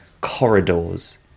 corridors